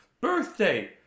birthday